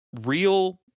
real